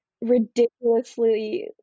ridiculously